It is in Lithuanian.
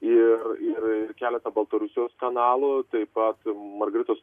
ir ir keleta baltarusijos kanalų taip pat margaritos